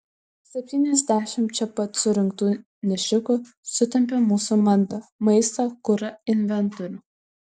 septyniasdešimt čia pat surinktų nešikų sutempia mūsų mantą maistą kurą inventorių